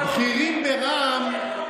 הכיבוש הוא הטרור.